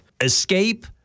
escape